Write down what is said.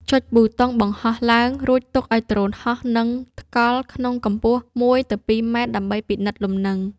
ចុចប៊ូតុងបង្ហោះឡើង រួចទុកឱ្យដ្រូនហោះនឹងថ្កល់ក្នុងកម្ពស់ ១ ទៅ ២ ម៉ែត្រដើម្បីពិនិត្យលំនឹង។